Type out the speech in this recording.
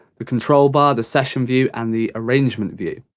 the control bar, the session view, and the arrangement view.